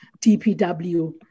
DPW